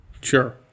Sure